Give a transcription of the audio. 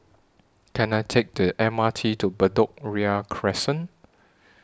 Can I Take The M R T to Bedok Ria Crescent